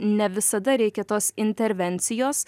ne visada reikia tos intervencijos